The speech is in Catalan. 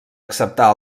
acceptar